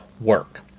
work